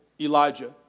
Elijah